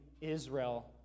Israel